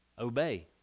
obey